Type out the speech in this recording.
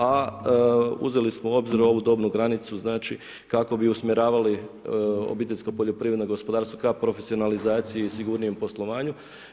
A uzeli smo u obzir ovu dobnu granicu, znači kako bi usmjeravali obiteljska poljoprivredna gospodarstva ka profesionalizaciji i sigurnijem poslovanju.